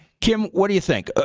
kim, what do you think? ah